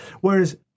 Whereas